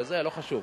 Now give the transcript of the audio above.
לא חשוב.